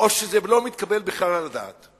או שזה לא מתקבל בכלל על הדעת?